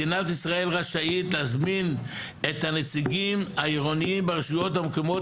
מדינת ישראל רשאית להזמין את הנציגים העירוניים ברשויות המקומיות